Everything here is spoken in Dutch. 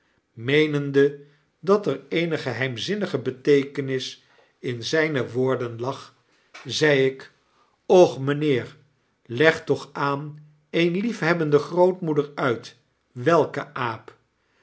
meenende dat er eene geheime beteekenis in zyne woorden lag zei ik och mynheer leg toch aan eene liefhebbende grootmoeder uit welken aap